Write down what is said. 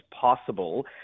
possible